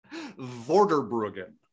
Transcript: Vorderbruggen